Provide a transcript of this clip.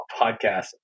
podcast